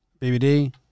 BBD